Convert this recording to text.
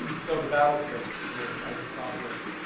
and so the battle space in which isis operates.